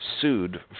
sued